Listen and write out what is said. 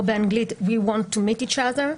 או באנגלית We want to meet each other.